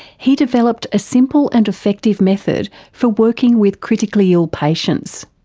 he developed a simple and effective method for working with critically ill patients.